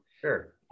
Sure